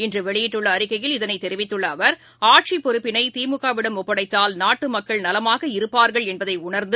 இன்று வெளியிட்டுள்ள அறிக்கையில் இதனை தெரிவித்துள்ள அவர் ஆட்சிப் பொறுப்பினை திமுகவிடம் ஒப்படைத்தால் நாட்டு மக்கள் நலமாக இருப்பார்கள் என்பதை உணர்ந்து